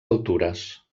altures